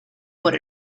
por